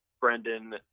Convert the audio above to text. Brendan